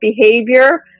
behavior